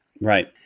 Right